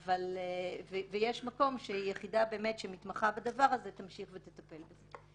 אבל יש מקום שיחידה שמתמחה בדבר הזה תמשיך לטפל בזה.